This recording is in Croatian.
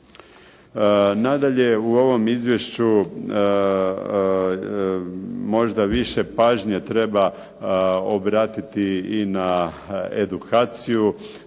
Nadalje, u ovom izvješću možda više pažnje treba obratiti i na edukaciju,